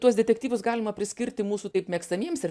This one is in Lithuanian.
tuos detektyvus galima priskirti mūsų taip mėgstamiems ir